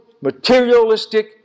materialistic